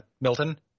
milton